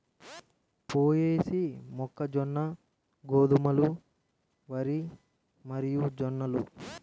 పొయేసీ, మొక్కజొన్న, గోధుమలు, వరి మరియుజొన్నలు